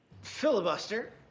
filibuster